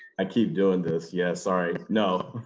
i keep doing this, yes, sorry no?